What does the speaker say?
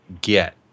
get